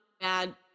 bad